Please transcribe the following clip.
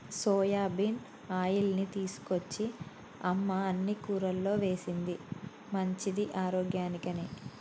soybean ఆయిల్ని తీసుకొచ్చి అమ్మ అన్ని కూరల్లో వేశింది మంచిది ఆరోగ్యానికి అని